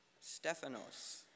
Stephanos